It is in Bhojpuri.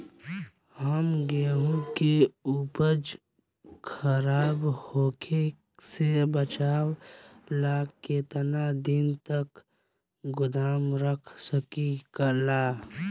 हम गेहूं के उपज खराब होखे से बचाव ला केतना दिन तक गोदाम रख सकी ला?